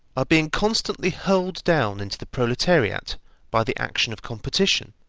are being constantly hurled down into the proletariat by the action of competition,